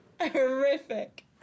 Horrific